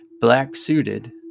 black-suited